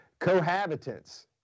cohabitants